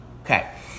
Okay